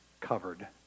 covered